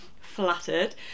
flattered